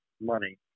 money